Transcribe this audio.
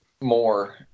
more